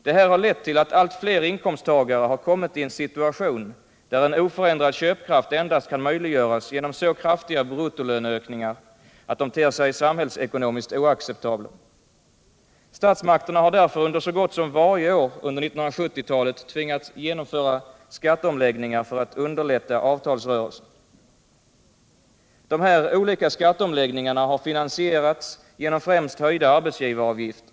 Det här har lett till att allt fler inkomsttagare har hamnat i en situation där en oförändrad köpkraft endast kan möjliggöras genom så kraftiga bruttolöneökningar att de ter sig samhällsekonomiskt oacceptabla. Statsmakterna har därför så gott som varje år under 1970-talet tvingats genomföra skatteomläggningar för att underlätta avtalsrörelsen. De olika skatteomläggningarna har främst finansierats genom höjda arbetsgivaravgifter.